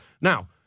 Now